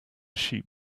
sheep